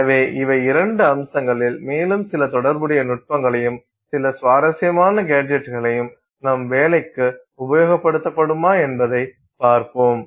எனவே இவை இரண்டு அம்சங்களில் மேலும் சில தொடர்புடைய நுட்பங்களையும் சில சுவாரஸ்யமான கேஜெட்களையும் நம் வேலைக்கு உபயோகப்படும்மா என்பதை பார்ப்போம்